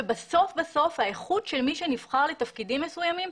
שבסוף בסוף האיכות של מי שנבחר לתפקידים מסוימים,